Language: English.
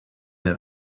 get